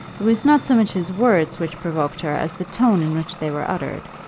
it was not so much his words which provoked her as the tone in which they were uttered.